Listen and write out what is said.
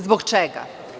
Zbog čega?